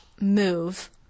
move